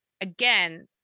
again